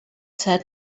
said